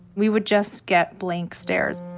we would just get blank stares.